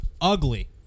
ugly